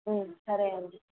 సరే అండీ